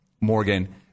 Morgan